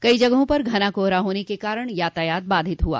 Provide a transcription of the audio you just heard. कई जगहों पर घना कोहरा होने के कारण यातायात बाधित हुआ